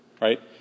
right